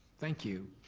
thank you.